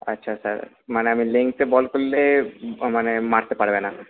আচ্ছা স্যার মানে আমি লেনথে বল করলে মানে মারতে পারবে না